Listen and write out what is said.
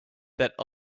that